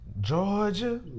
Georgia